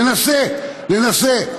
ננסה, ננסה.